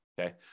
okay